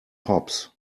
hops